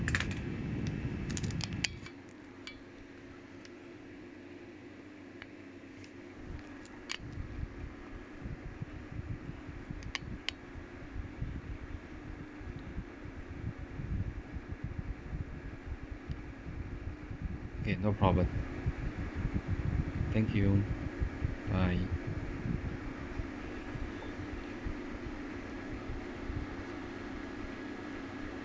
okay no problem thank you bye